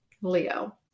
Leo